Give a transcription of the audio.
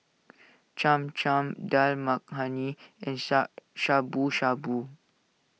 Cham Cham Dal Makhani and Sha Shabu Shabu